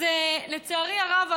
אז לצערי הרב,